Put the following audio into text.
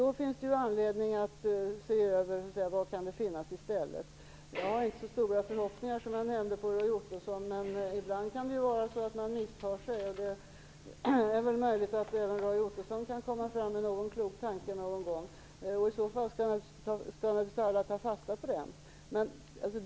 Då finns det anledning att se över vad som kan finnas i stället. Jag har inte så stora förhoppningar, men ibland kan man ta miste. Det är väl möjligt att även Roy Ottosson kan komma fram till någon klok tanke någon gång. I så fall skall vi ta fasta på den.